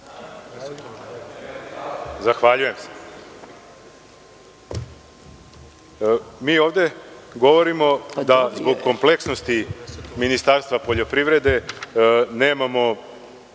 Zahvaljujem se. Ovde govorimo da zbog kompleksnosti Ministarstva poljoprivrede nemamo